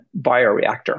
bioreactor